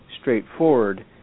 straightforward